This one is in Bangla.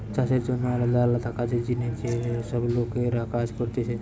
চাষের জন্যে আলদা আলদা কাজের জিনে যে সব লোকরা কাজ করতিছে